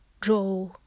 draw